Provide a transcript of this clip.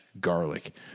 garlic